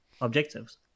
objectives